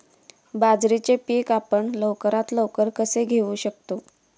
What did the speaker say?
बाजरीचे पीक आपण लवकरात लवकर कसे घेऊ शकतो?